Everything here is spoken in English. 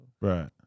right